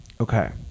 Okay